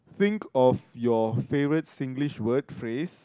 think of your favourite Singlish word phrase